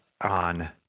on